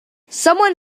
someone